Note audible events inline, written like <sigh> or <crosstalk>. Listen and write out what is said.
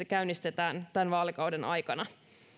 <unintelligible> käynnistetään tämän vaalikauden aikana